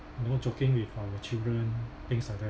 you know joking with our children things like that